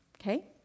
okay